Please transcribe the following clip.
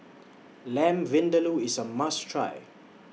Lamb Vindaloo IS A must Try